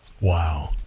Wow